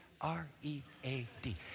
R-E-A-D